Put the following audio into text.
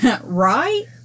Right